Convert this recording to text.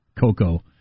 Coco